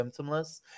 symptomless